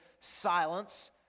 silence